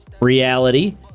Reality